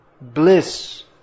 bliss